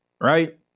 right